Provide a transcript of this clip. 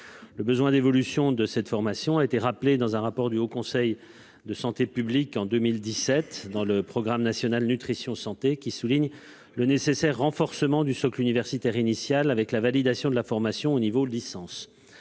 Le besoin d'évolution de cette formation a été rappelé dans un rapport du Haut Conseil de la santé publique en 2017 et dans le programme national nutrition santé (PNNS), qui souligne le nécessaire renforcement du socle universitaire initial au moyen de la validation de la formation au niveau de la licence.